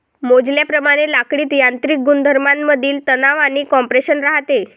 मोजल्याप्रमाणे लाकडीत यांत्रिक गुणधर्मांमधील तणाव आणि कॉम्प्रेशन राहते